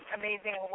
amazing